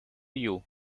you